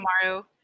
tomorrow